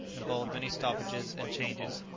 involved many stoppages and changes,